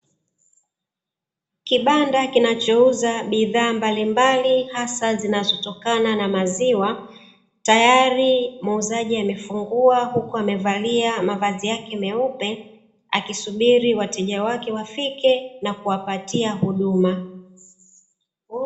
Kibanda kinachouza bidhaa mbalimbali hasa zinazotokana na maziwa, tayari muuzaji amefungua huku amevalia mavazi yake meupe akisubiri wateja wake wafike na kuwapatia huduma.